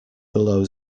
below